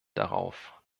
darauf